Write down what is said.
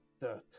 dirt